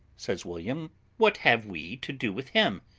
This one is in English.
says william what have we to do with him?